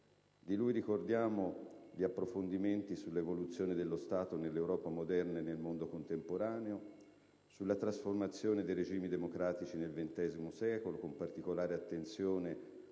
Di lui ricordiamo gli approfondimenti sull'evoluzione dello Stato nell'Europa moderna e nel mondo contemporaneo; sulla trasformazione dei regimi democratici nel XX secolo, con particolare attenzione